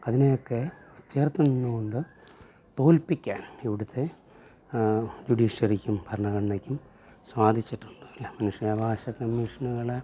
അതിനെയൊക്കെ ചേർത്ത് നിന്ന് കൊണ്ട് തോൽപ്പിക്കാൻ ഇവിടുത്തെ ജുഡീഷ്യറിക്കും ഭരണഘടനക്കും സ്വാധിച്ചിട്ടുമില്ല മനുഷ്യവകാശ കമീഷനുകളെ